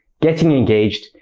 getting engaged,